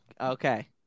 okay